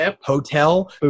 hotel